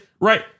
Right